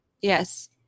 Yes